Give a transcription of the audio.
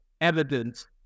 evidence